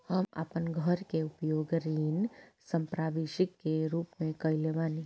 हम आपन घर के उपयोग ऋण संपार्श्विक के रूप में कइले बानी